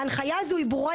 ההנחיה הזו היא ברורה.